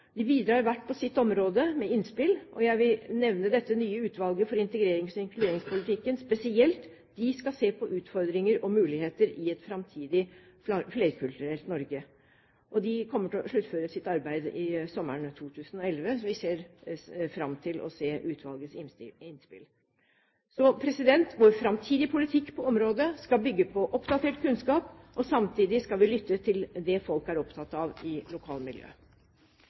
De bidrar hvert på sitt område med innspill, og jeg vil nevne det nye utvalget for integrerings- og inkluderingspolitikken spesielt. De skal se på utfordringer og muligheter i et framtidig flerkulturelt Norge. De kommer til å sluttføre sitt arbeid sommeren 2011. Vi ser fram til utvalgets innspill. Så vår framtidige politikk på området skal bygge på oppdatert kunnskap, og samtidig skal vi lytte til det folk er opptatt av i lokalmiljøet.